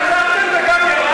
קצת להקשיב גם.